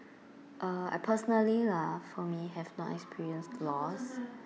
uh I personally lah for me have not experienced loss